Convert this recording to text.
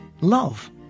love